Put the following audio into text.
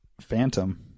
Phantom